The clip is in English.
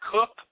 Cook